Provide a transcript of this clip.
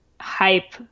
hype